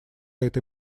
этой